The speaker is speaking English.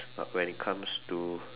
uh when it comes to